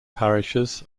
parishes